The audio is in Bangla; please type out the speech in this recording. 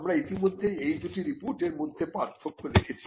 আমরা ইতিমধ্যে এই দুটি রিপোর্টের মধ্যে পার্থক্য দেখেছি